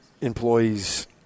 employees